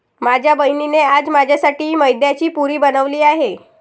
माझ्या बहिणीने आज माझ्यासाठी मैद्याची पुरी बनवली आहे